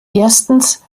erstens